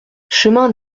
chemin